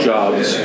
Jobs